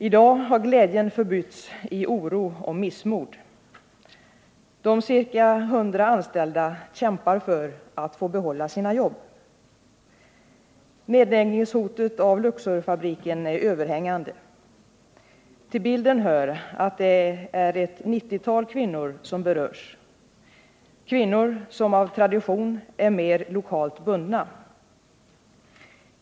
I dag har glädjen förbytts i oro och missmod. De ca 100 anställda kämpar för att få behålla sina jobb. Hotet om en nedläggning av Luxorfabriken är överhängande. Till bilden hör att det är ett 90-tal kvinnor som berörs, kvinnor som av tradition är mer lokalt bundna.